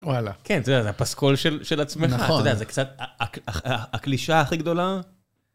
וואלה. כן, אתה יודע, זה הפסקול של עצמך. נכון. אתה יודע, זה קצת הקלישאה הכי גדולה.